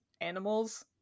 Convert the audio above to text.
animals